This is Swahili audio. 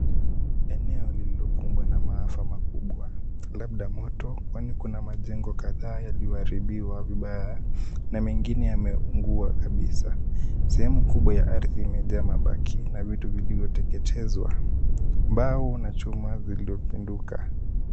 Eneo lililokumbwa na maafa makubwa labda moto, kwani kuna majengo kadhaa yaliyoharibiwa vibaya na mengine yameungua kabisa. Sehemu kubwa ya ardhi imejaa mabaki na viti vilivyoteketezwa, mbao na chuma zilopinduka.